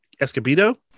Escobedo